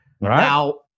Now